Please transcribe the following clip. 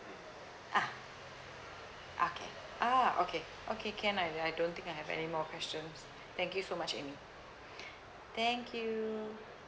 ah okay ah okay okay can I I don't think I have anymore questions thank you so much amy thank you